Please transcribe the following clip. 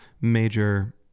major